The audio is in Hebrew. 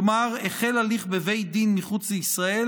כלומר החל הליך בבית דין מחוץ לישראל,